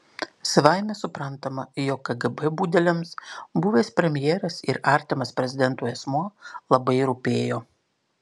savaime suprantama jog kgb budeliams buvęs premjeras ir artimas prezidentui asmuo labai rūpėjo